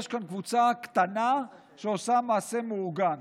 יש כאן קבוצה קטנה שעושה מעשה מאורגן